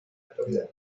actualidad